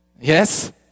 Yes